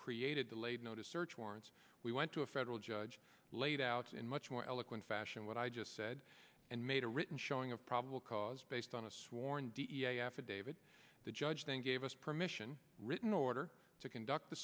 created delayed notice search warrants we went to a federal judge laid out in much more eloquent fashion what i just said and made a written showing of probable cause based on a sworn d e i affidavit the judge then gave us permission written order to conduct